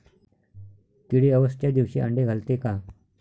किडे अवसच्या दिवशी आंडे घालते का?